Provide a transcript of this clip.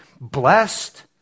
blessed